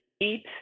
eat